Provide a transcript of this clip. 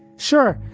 sure,